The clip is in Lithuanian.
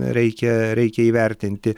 reikia reikia įvertinti